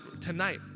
tonight